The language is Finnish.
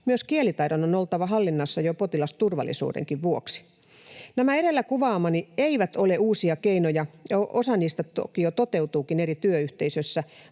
Myös kielitaidon on oltava hallinnassa jo potilasturvallisuudenkin vuoksi. Nämä edellä kuvaamani eivät ole uusia keinoja — osa niistä toki jo toteutuukin eri työyhteisöissä